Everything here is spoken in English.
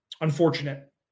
Unfortunate